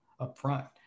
upfront